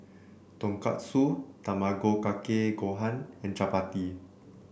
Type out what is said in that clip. Tonkatsu Tamago Kake Gohan and Chapati